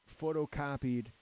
photocopied